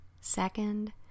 Second